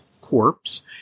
Corpse